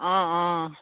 অঁ অঁ